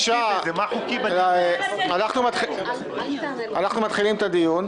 אנחנו מתחילים את הדיון.